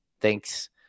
Thanks